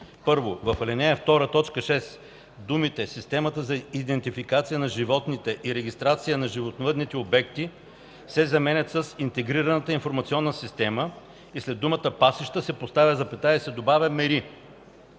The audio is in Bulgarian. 1. В ал. 2, т. 6 думите „Системата за идентификация на животните и регистрация на животновъдните обекти” се заменят с „Интегрираната информационна система” и след думата „пасища” се поставя запетая и се добавя „мери”.